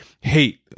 hate